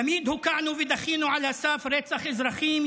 תמיד הוקענו ודחינו על הסף רצח אזרחים,